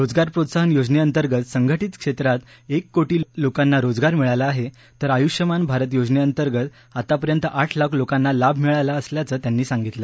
रोजगार प्रोत्साहन योजनेअंतर्गत संगठित क्षेत्रात एक कोटी लोकांना रोजगार मिळाला आहे तर आयुष्मान भारत योजनेअंतर्गत आतापर्यंत आठ लाख लोकांना लाभ मिळाला असल्याचं त्यांनी सांगितलं